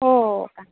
हो का